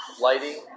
lighting